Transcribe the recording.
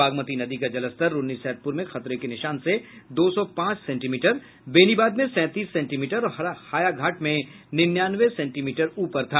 बागमती नदी का जलस्तर रून्नीसैदपुर में खतरे के निशान से दो सौ पांच सेंटीमीटर बेनीबाद में सैंतीस सेंटीमीटर और हायाघाट में निन्यानवे सेंटीमीटर ऊपर था